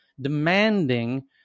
demanding